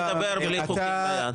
איך נדבר בלי חוקים ביד?